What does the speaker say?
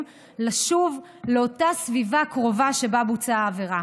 לשוב לאותה סביבה קרובה שבה בוצעה העבירה.